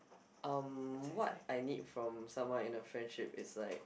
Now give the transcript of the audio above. um what I need from someone in a friendship is like